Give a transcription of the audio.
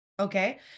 Okay